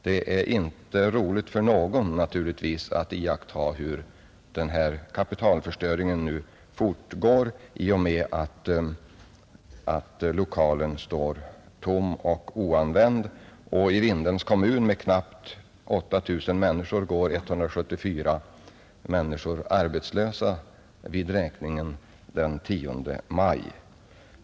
Det är naturligtvis inte roligt för någon att iaktta hur den här kapitalförstöringen nu fortgår i och med att lokalen står tom och oanvänd. I Vindelns kommun med knappt 8 000 människor gick 174 personer arbetslösa vid räkningen den 10 maj.